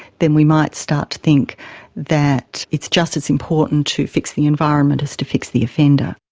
then we might start to think that it's just as important to fix the environment as to fix the offender.